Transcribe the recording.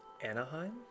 Anaheim